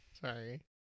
Sorry